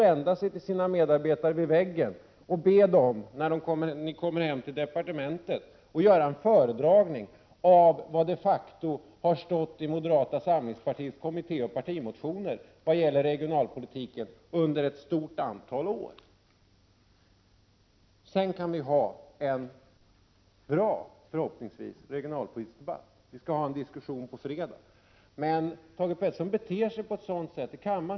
När ni kommer tillbaka till departementet kan industriministern be dem göra en = Prot. 1987/88:34 föredragning om vad som de facto står i de kommitté och partimotioner om 30 november 1987 regionalpolitiken som vi i moderata samlingspartiet har väckt underettstort. ———— antal år. Sedan kan vi, förhoppningsvis, ha en bra regionalpolitisk debatt. På fredag t.ex. skall vi ju ha en diskussion.